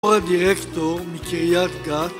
אורה דירקטור מקרית גת